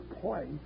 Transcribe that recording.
place